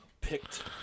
picked